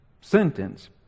sentence